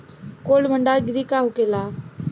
Cold भण्डार गृह का होखेला?